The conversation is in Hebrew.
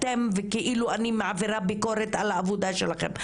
אתם וכאילו אני מעבירה ביקורת על העבודה שלכם.